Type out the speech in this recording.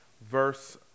Verse